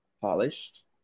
polished